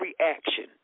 reaction